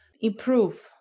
improve